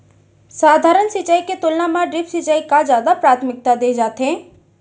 सधारन सिंचाई के तुलना मा ड्रिप सिंचाई का जादा प्राथमिकता दे जाथे